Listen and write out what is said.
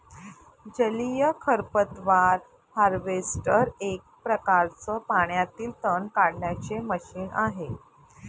जलीय खरपतवार हार्वेस्टर एक प्रकारच पाण्यातील तण काढण्याचे मशीन आहे